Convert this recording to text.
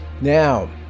Now